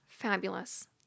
fabulous